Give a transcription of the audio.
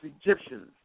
Egyptians